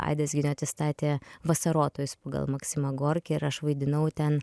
aidas giniotis statė vasarotojus pagal maksimą gorkį ir aš vaidinau ten